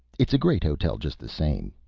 it's a great hotel just the same,